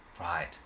Right